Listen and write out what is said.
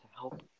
help